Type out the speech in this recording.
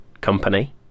company